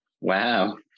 Wow